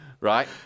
right